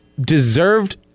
deserved